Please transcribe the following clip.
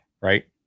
right